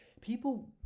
people